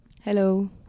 Hello